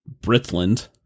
Britland